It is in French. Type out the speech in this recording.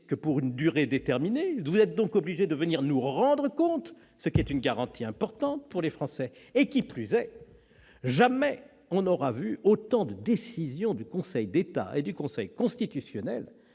que pour une durée déterminée, vous êtes obligés de venir nous rendre compte, ce qui est une garantie importante pour les Français. Qui plus est, jamais on n'aura vu autant de décisions du Conseil d'État et du Conseil constitutionnel